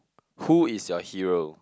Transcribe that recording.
who is your hero